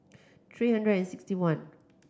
three hundred and sixty one